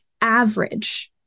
average